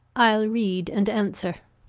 i'll read, and answer.